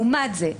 לעומת זאת,